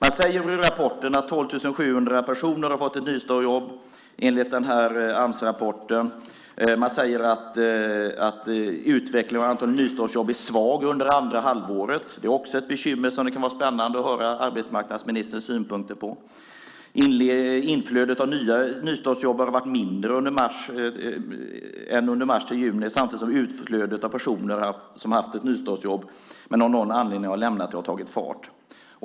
Enligt den här Amsrapporten har 12 700 personer fått ett nystartsjobb. Man säger att utvecklingen av antalet nystartsjobb är svag under andra halvåret. Det är också ett bekymmer som det kan vara spännande att höra arbetsmarknadsministerns synpunkter på. Inflödet av nya nystartsjobb har varit mindre än under mars-juni samtidigt som utflödet av personer som har haft ett nystartsjobb men av någon anledning har lämnat det har tagit fart.